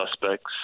suspects